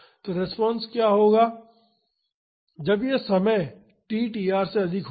तो रिस्पांस क्या होगा जब यह समय t tr से अधिक होगा